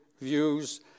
views